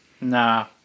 Nah